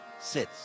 sits